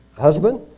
husband